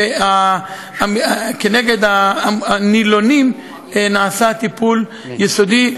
וכנגד הנילונים נעשה טיפול יסודי.